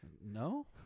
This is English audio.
No